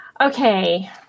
okay